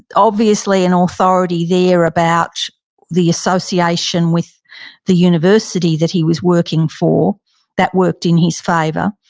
obviously, an authority there about the association with the university that he was working for that worked in his favor.